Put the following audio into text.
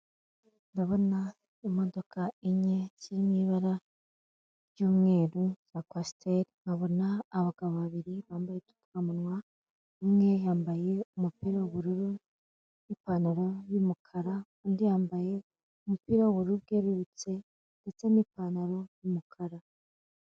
Ndabona imodoka enye ziri mu ibara ry'umweru za kwasiteri, nkabona abagabo babiri bambaye udupfukamunwa, umwe yambaye umupira w'ubururu n'ipantaro y'umukara, undi yambaye umupira w'ubururu bwerurutse ndetse n'ipantaro y'umukara.